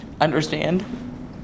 understand